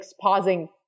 pausing